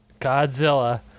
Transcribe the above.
Godzilla